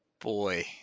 Boy